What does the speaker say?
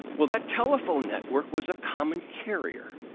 well, that telephone network was a common carrier,